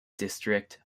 district